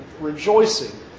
rejoicing